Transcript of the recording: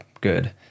good